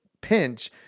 pinch